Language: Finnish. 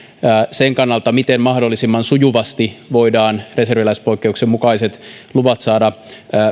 sen kannalta miten mahdollisimman sujuvasti voidaan reserviläispoikkeuksen mukaiset luvat saada